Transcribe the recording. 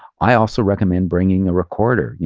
i also recommend bringing a recorder, yeah